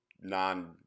non